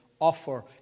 offer